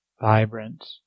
vibrant